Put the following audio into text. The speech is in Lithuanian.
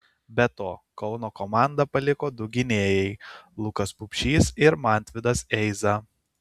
be to kauno komandą paliko du gynėjai lukas pupšys ir mantvydas eiza